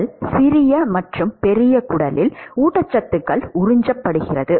குடல் சிறிய மற்றும் பெரிய குடலில் ஊட்டச்சத்துக்கள் உறிஞ்சப்படுகிறது